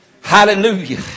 Hallelujah